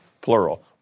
plural